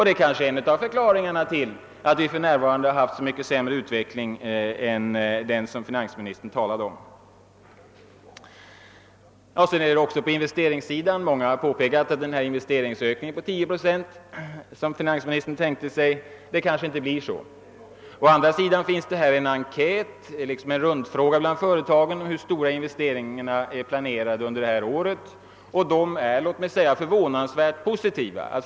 Det är kanske en av förklaringarna till att vi i år haft en mycket sämre utveckling än den som finansministern talade om. Många har påpekat att den investeringsökning på 10 procent som finansministern tänkt sig kanske inte kommer till stånd. Å andra sidan finns det en enkät bland företagen om hur stora investeringar som är planerade under året, och den är, låt mig säga förvånansvärt positiv.